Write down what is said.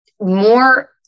more